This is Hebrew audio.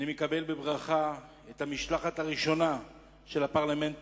אני מקבל בברכה את המשלחת הראשונה של הפרלמנט